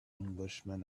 englishman